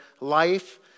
life